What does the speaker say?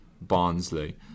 Barnsley